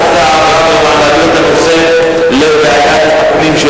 הצעת השר ברוורמן להעביר את הנושא לוועדת הפנים של